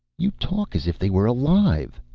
you talk as if they were alive!